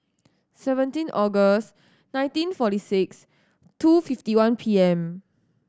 seventeen August nineteen forty six two fifty one P M